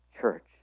church